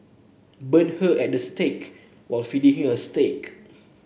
burn her at the stake while feeding her a steak